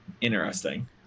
interesting